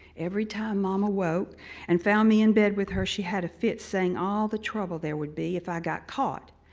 everytime mama woke and found me in bed with her, she had a fit saying all the trouble there would be if i got caught,